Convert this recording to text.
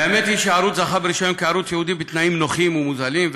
והאמת היא שהערוץ זכה ברישיון כערוץ ייעודי בתנאים נוחים ומוזלים,